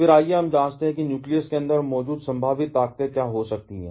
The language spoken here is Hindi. फिर आइए हम जांचते हैं कि न्यूक्लियस के अंदर मौजूद संभावित ताकतें क्या हो सकती हैं